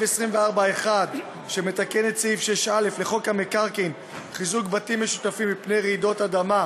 במסגרת חוק הרשות הממשלתית להתחדשות עירונית,